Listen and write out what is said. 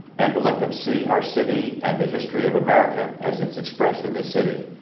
and to let them see our city and the history of america as it's expressed in this city,